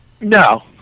No